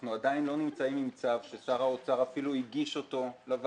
אנחנו עדיין לא נמצאים עם צו ששר האוצר אפילו הגיש לוועדה.